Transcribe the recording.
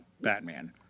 Batman